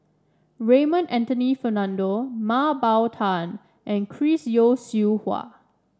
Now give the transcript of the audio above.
Raymond Anthony Fernando Mah Bow Tan and Chris Yeo Siew Hua